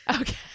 Okay